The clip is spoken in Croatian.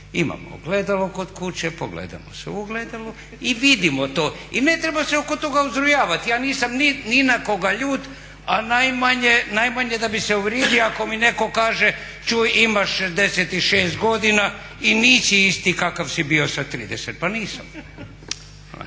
Imamo ogledalo kod kuće pogledamo se u ogledalo i vidimo to i ne treba se oko toga uzrujavati. Ja nisam ni na koga ljut, ali najmanje da bi se uvrijedio ako mi netko kaže čuj imaš 66 godina i nisi isti kakav si bio sa 30. Pa nisam.